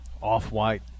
off-white